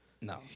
No